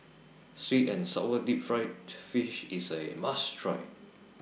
Sweet and Sour Deep Fried Fish IS A must Try